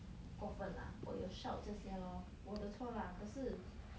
过分 lah 我有 shout 这些 lor 我的错 lah 可是